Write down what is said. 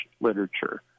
literature